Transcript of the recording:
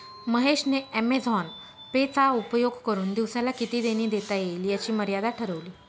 महेश ने Amazon Pay चा उपयोग करुन दिवसाला किती देणी देता येईल याची मर्यादा ठरवली